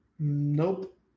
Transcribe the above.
Nope